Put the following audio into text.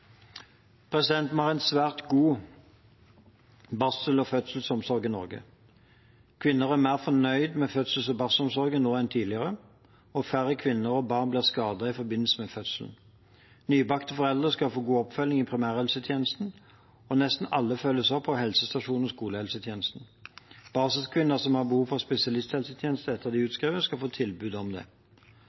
Vi har en svært god barsels- og fødselsomsorg i Norge. Kvinner er mer fornøyd med fødsels- og barselomsorgen nå enn tidligere, og færre kvinner og barn blir skadet i forbindelse med fødselen. Nybakte foreldre skal få god oppfølging i primærhelsetjenesten, og nesten alle følges opp av helsestasjons- og skolehelsetjenesten. Barselkvinner som har behov for spesialisthelsetjenester etter at de er utskrevet, skal få tilbud om det.